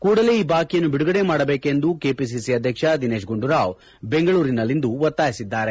ಕೂಡಲೇ ಈ ಬಾಕಿಯನ್ನು ಬಿಡುಗಡೆ ಮಾಡಬೇಕು ಎಂದು ಕೆಪಿಸಿಸಿ ಅಧ್ಯಕ್ಷ ದಿನೇಶ್ ಗುಂಡೂರಾವ್ ಬೆಂಗಳೂರಿನಲ್ಲಿಂದು ಒತ್ತಾಯಿಸಿದ್ದಾರೆ